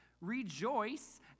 Rejoice